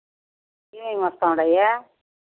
ఏమేమి వస్తు ఉన్నాయి